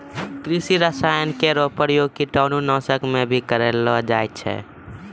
कृषि रसायन केरो प्रयोग कीटाणु नाशक म भी करलो जाय छै